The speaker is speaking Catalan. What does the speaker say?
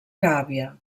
gàbia